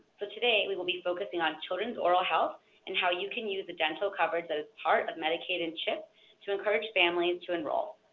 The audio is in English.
so today, we will be focusing on children's oral health and how you can use the dental coverage that is part of medicaid and chip to encourage families to enroll.